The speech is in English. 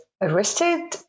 arrested